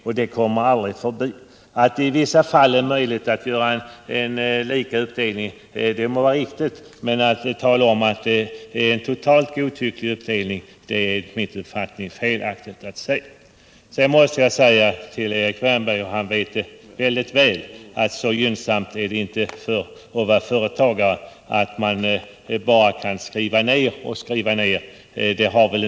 Det må vara riktigt att det i vissa fall är möjligt att komma fram till en lika uppdelning, men att uppdelningen är totalt godtycklig är det enligt min uppfattning felaktigt att säga. Vidare vill jag till Erik Wärnberg säga att så gynnsamt är det inte att vara företagare att man bara kan göra avskrivningar och åter avskrivningar.